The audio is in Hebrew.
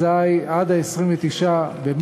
אזי עד 29 במאי,